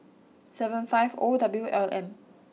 seven five O W L M